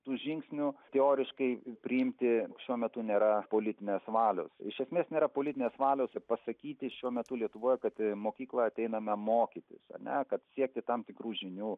tų žingsnių teoriškai priimti šiuo metu nėra politinės valios iš esmės nėra politinės valios pasakyti šiuo metu lietuvoje kad į mokyklą ateiname mokytis ar ne kad siekti tam tikrų žinių